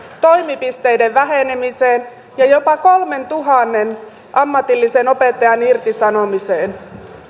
toimipisteiden vähenemiseen ja jopa kolmentuhannen ammatillisen opettajan irtisanomiseen